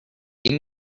give